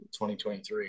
2023